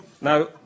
now